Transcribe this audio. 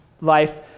life